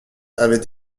avait